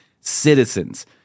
citizens